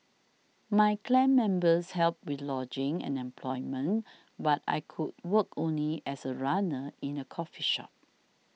my clan members helped with lodging and employment but I could work only as a runner in a coffee shop